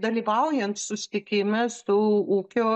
dalyvaujant susitikime su ūkio